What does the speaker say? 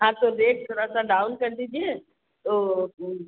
हाँ तो रेट थोड़ा सा डाउन कर दीजिए तो